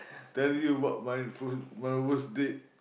tell you my full my worst date